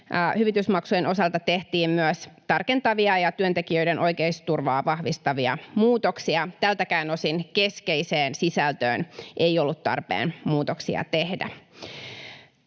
Hyvitysmaksujen osalta tehtiin myös tarkentavia ja työntekijöiden oikeusturvaa vahvistavia muutoksia. Tältäkään osin keskeiseen sisältöön ei ollut tarpeen muutoksia tehdä.